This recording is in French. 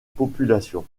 population